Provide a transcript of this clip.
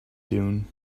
dune